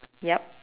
yup